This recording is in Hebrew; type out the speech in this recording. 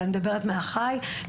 אני מדברת מהחי,